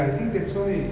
oh right